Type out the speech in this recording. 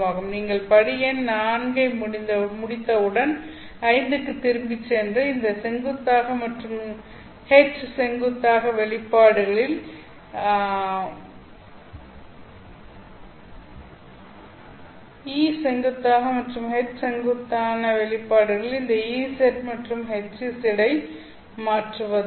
நீங்கள் படி எண் 4 ஐ முடித்தவுடன் 5 க்கு திரும்பிச் சென்று E செங்குத்தாக மற்றும் H செங்குத்தாக வெளிப்பாடுகளில் இந்த Ez மற்றும் Hz ஐ மாற்றுவதாகும்